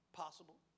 possible